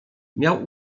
miał